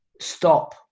stop